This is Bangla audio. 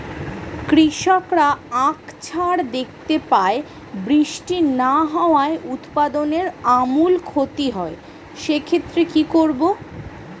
কৃষকরা আকছার দেখতে পায় বৃষ্টি না হওয়ায় উৎপাদনের আমূল ক্ষতি হয়, সে ক্ষেত্রে কি করব?